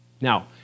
Now